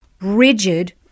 rigid